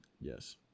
Yes